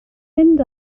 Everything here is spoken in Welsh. mynd